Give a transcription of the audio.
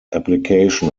application